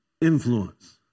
influence